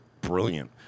brilliant